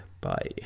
bye